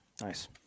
Nice